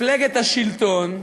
מפלגת השלטון,